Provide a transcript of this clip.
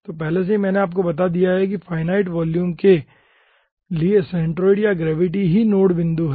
तो पहले से ही मैंने आपको बता दिया है के फाइनाइट वॉल्यूम के लिए सेंटरोइड या ग्रेविटी ही नोड बिंदु है